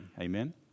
Amen